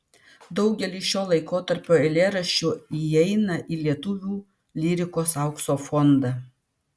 daugelis šio laikotarpio eilėraščių įeina į lietuvių lyrikos aukso fondą